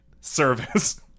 service